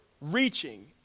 reaching